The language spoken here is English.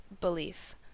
belief